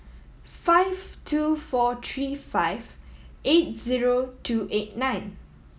five two four three five eight two eight nine